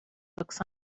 books